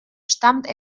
stammt